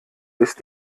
ist